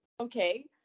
okay